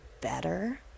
better